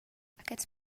aquests